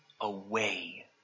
away